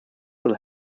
will